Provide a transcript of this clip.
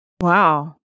Wow